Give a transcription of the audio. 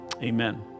amen